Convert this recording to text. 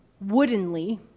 woodenly